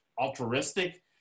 altruistic